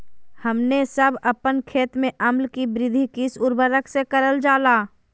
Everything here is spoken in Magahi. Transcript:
हमने सब अपन खेत में अम्ल कि वृद्धि किस उर्वरक से करलजाला?